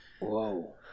whoa